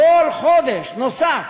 כל חודש נוסף